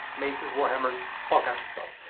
maces, warhammers all kinds of stuff,